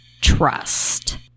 trust